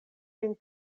ĝin